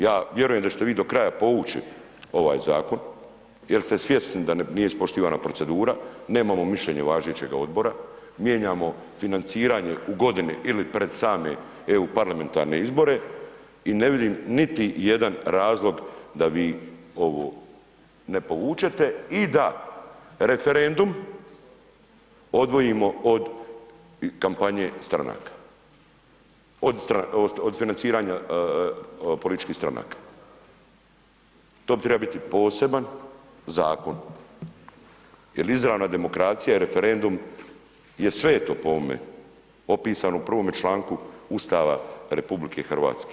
Ja vjerujem da će te vi do kraja povući ovaj Zakon jer ste svjesni da nije ispoštivana procedura, nemamo mišljenje važećega Odbora, mijenjamo financiranje u godini ili pred same EU parlamentarne izbore i ne vidim niti jedan razlog da vi ovo ne povučete i da referendum odvojimo od kampanje stranaka, od financiranja političkih stranaka, to bi trebao biti poseban zakon jel izravna demokracija i referendum je sveto po ovome, opisano u prvome članku Ustava RH.